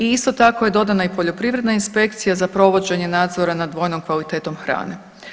I isto tako je dodana i Poljoprivredna inspekcija za provođenje nadzora nad kvalitetom hrane.